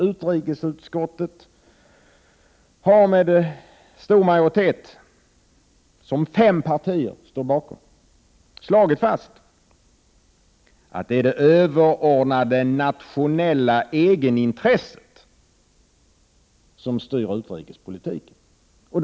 Utrikesutskottet har med stor majoritet, som fem partier står bakom, slagit fast att det är det överordnade nationella egenintresset som styr utrikespolitiken.